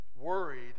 worried